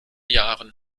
jahren